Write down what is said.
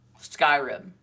skyrim